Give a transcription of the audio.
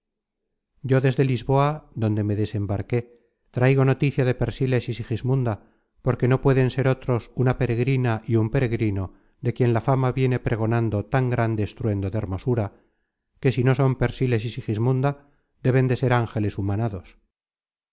yo desde lisboa donde me desembarqué traigo noticia de persíles y sigismunda porque no pueden ser otros una peregrina y un peregrino de quien la fama viene pregonando tan grande estruendo de hermosura que si no son persiles y sigismunda deben de ser ángeles humanados